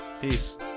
peace